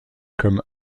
comme